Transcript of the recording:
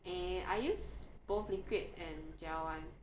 eh I use both liquid and gel [one]